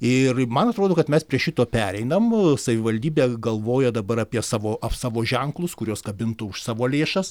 ir man atrodo kad mes prie šito pereinam savivaldybė galvoja dabar apie savo savo ženklus kuriuos kabintų už savo lėšas